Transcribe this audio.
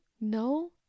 No